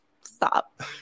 Stop